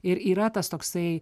ir yra tas toksai